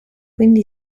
quindi